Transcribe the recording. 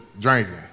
drinking